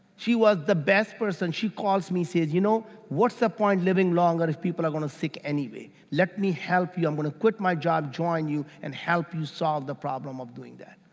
she was the best person. she calls me says, you know what's the point of living longer if people are gonna sick anyway. let me help you. i'm gonna quit my job, join you and help you solve the problem of doing that.